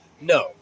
No